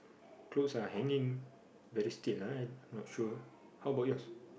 clothes are hanging very still ah not sure